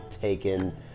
taken